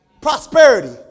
Prosperity